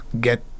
get